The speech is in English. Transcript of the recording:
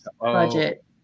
Budget